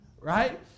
right